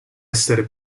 essere